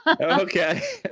okay